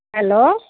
hello